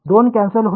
दोन कॅन्सल होतील